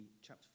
chapter